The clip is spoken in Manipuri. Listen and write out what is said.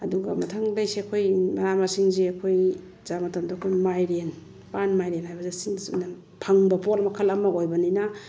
ꯑꯗꯨꯒ ꯃꯊꯪ ꯗꯒꯤꯁꯦ ꯑꯩꯈꯣꯏ ꯃꯅꯥ ꯃꯁꯤꯡꯁꯦ ꯑꯩꯈꯣꯏ ꯆꯥꯕ ꯃꯇꯝꯗ ꯑꯩꯈꯣꯏ ꯃꯥꯏꯔꯦꯟ ꯄꯥꯟ ꯃꯥꯏꯔꯦꯟ ꯍꯥꯏꯕꯁꯦ ꯐꯪꯕ ꯄꯣꯠ ꯃꯈꯜ ꯑꯃ ꯑꯣꯏꯕꯅꯤꯅ